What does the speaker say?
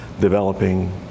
developing